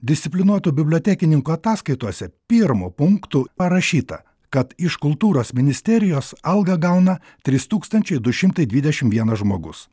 disciplinuotų bibliotekininkų ataskaitose pirmu punktu parašyta kad iš kultūros ministerijos algą gauna trys tūkstančiai du šimtai dvidešim vienas žmogus